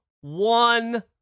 one